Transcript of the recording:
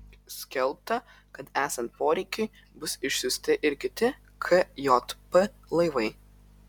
skelbta kad esant poreikiui bus išsiųsti ir kiti kjp laivai